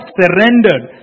surrendered